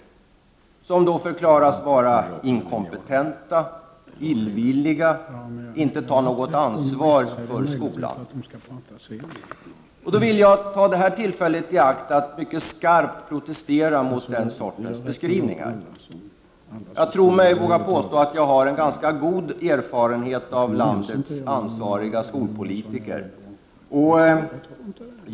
Dessa förklaras vara inkompetenta och illvilliga. Man säger också att de inte tar något ansvar för skolan. Då vill jag ta tillfället i akt och mycket skarpt protestera mot den sortens beskrivning. Jag tror mig våga påstå att jag har ganska god erfarenhet av landets ansvariga skolpolitiker.